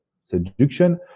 seduction